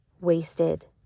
wasted